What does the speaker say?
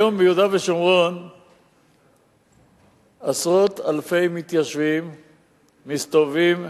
היום ביהודה ושומרון עשרות אלפי מתיישבים מסתובבים,